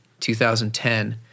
2010